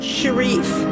Sharif